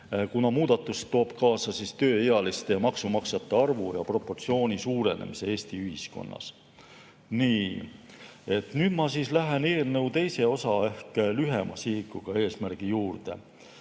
kuna need toovad kaasa tööealiste ja maksumaksjate arvu ja proportsiooni suurenemise Eesti ühiskonnas. Nüüd ma lähen eelnõu teise osa ehk lühema sihiga eesmärgi juurde.